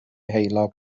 heulog